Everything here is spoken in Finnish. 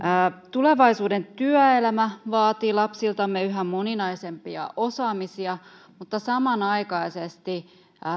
tulevaisuuden työelämä vaatii lapsiltamme yhä moninaisempia osaamisia mutta samanaikaisesti